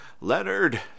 leonard